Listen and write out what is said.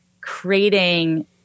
creating